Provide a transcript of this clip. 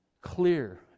clear